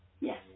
Yes